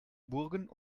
burgen